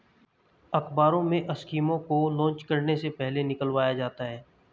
अखबारों में स्कीमों को लान्च करने से पहले निकलवाया जाता है